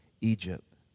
Egypt